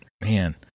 man